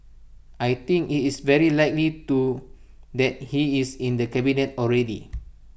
I think IT is very likely to that he is in the cabinet already